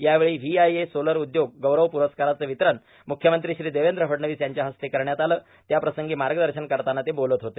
यावेळी व्होंआय सोलर उदयोग गौरव पुरस्काराचे वितरण मुख्यमंत्री देवद्र फडणवीस यांच्या हस्ते करण्यात आले त्याप्रसंगी मागदशन करतांना ते बोलत होते